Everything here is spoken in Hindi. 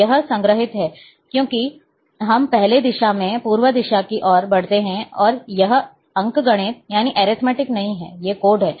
यह संग्रहीत है क्योंकि हम पहले दिशा में पूर्व दिशा की ओर बढ़ते हैं और यह अंकगणित नहीं है ये कोड हैं